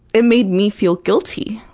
it made me feel guilty,